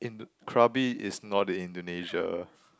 Indo~ Krabi is not in Indonesia